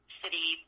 city